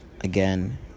Again